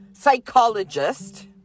psychologist